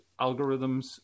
algorithms